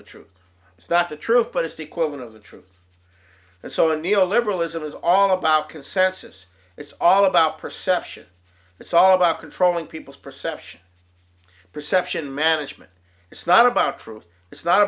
the truth it's not the truth but it's the equivalent of the truth and so the neo liberalism is all about consensus it's all about perception it's all about controlling people's perception perception management it's not about truth it's not